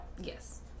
Yes